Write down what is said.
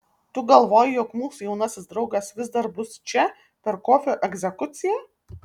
tu galvoji jog mūsų jaunasis draugas vis dar bus čia per kofio egzekuciją